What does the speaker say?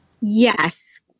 Yes